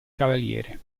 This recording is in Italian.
cavaliere